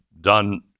done